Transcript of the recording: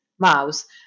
mouse